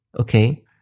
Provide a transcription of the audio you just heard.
okay